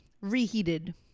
reheated